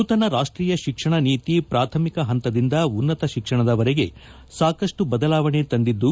ನೂತನ ರಾಷ್ಷೀಯ ಶಿಕ್ಷಣ ನೀತಿ ಪ್ರಾಥಮಿಕ ಹಂತದಿಂದ ಉನ್ನತ ಶಿಕ್ಷಣದವರೆಗೆ ಸಾಕಷ್ಟು ಬದಲಾವಣೆ ತಂದಿದ್ದು